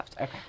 Okay